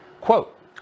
Quote